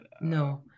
No